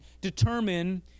determine